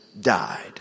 died